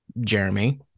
Jeremy